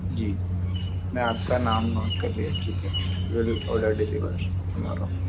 जी जी मैंने आपका नाम नोट कर लिया है ठीक है we will order deliver tomorrow